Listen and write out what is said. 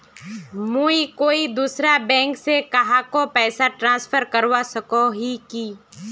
मुई कोई दूसरा बैंक से कहाको पैसा ट्रांसफर करवा सको ही कि?